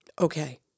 Okay